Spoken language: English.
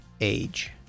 age